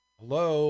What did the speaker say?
Hello